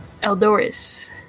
Eldoris